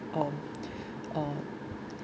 uh uh